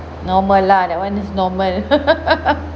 normal lah that one is normal